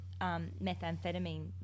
methamphetamine